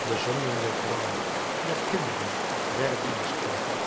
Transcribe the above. de zonden der vrouwen der kinderen der dienstboden